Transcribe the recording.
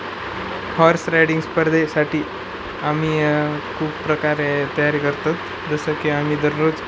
horse riding स्पर्धेसाठी आम्ही खूप प्रकारे तयारी करतात जसं की आम्ही दररोज